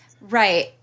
Right